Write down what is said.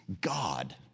God